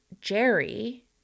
Jerry